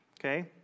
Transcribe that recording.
okay